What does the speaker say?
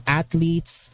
athletes